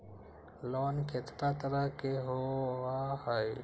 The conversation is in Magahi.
लोन केतना तरह के होअ हई?